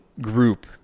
group